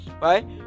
Right